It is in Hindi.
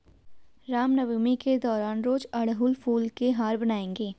रामनवमी के दौरान रोज अड़हुल फूल के हार बनाएंगे